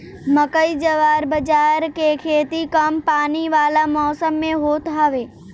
मकई, जवार बजारा के खेती कम पानी वाला मौसम में होत हवे